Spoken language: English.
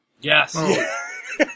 Yes